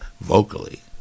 vocally